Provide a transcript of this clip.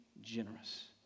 generous